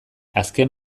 azken